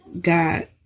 got